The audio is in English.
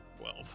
Twelve